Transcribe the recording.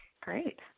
Great